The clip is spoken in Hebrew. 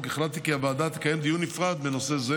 החלטתי כי הוועדה תקיים דיון נפרד בנושא זה